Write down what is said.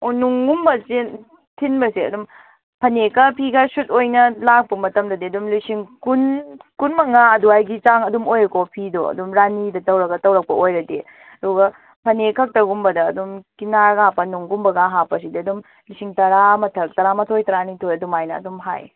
ꯑꯣ ꯅꯨꯡꯒꯨꯝꯕ ꯊꯤꯟꯕꯁꯦ ꯑꯗꯨꯝ ꯐꯅꯦꯛꯀ ꯐꯩꯒ ꯁꯨꯠ ꯑꯣꯏꯅ ꯂꯥꯛꯄ ꯃꯇꯝꯗꯗꯤ ꯑꯗꯨꯝ ꯂꯤꯁꯤꯡ ꯀꯨꯟ ꯀꯨꯟ ꯃꯉꯥ ꯑꯗꯨꯋꯥꯏꯒꯤ ꯆꯥꯡ ꯑꯗꯨꯝ ꯑꯣꯏꯔꯦꯀꯣ ꯐꯤꯗꯣ ꯑꯗꯨꯝ ꯔꯥꯅꯤꯗ ꯇꯧꯔꯒ ꯇꯧꯔꯛꯄ ꯑꯣꯏꯔꯗꯤ ꯑꯗꯨꯒ ꯐꯅꯦꯛ ꯈꯛꯇ ꯒꯨꯝꯕꯗ ꯑꯗꯨꯝ ꯀꯤꯅꯥꯔꯒ ꯍꯥꯞꯄ ꯅꯨꯡꯒꯨꯝꯕꯒ ꯍꯥꯞꯄꯁꯤꯗꯤ ꯑꯗꯨꯝ ꯂꯤꯁꯤꯡ ꯇꯔꯥ ꯃꯊꯛ ꯇꯔꯥ ꯃꯥꯊꯣꯏ ꯇꯔꯥꯅꯤꯊꯣꯏ ꯑꯗꯨꯝ ꯍꯥꯏꯅ ꯑꯗꯨꯝ ꯍꯥꯏꯌꯦ